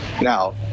now